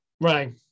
Right